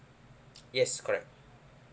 yes correct